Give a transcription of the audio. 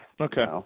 Okay